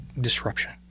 disruption